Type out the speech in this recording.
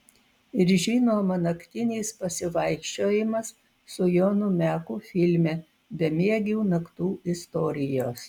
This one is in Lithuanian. ir žinoma naktinis pasivaikščiojimas su jonu meku filme bemiegių naktų istorijos